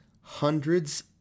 hundreds